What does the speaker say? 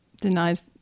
denies